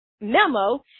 memo